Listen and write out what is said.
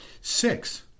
six